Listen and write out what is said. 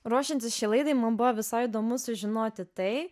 ruošiantis šiai laidai man buvo visai įdomu sužinoti tai